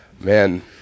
Man